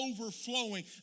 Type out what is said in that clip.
overflowing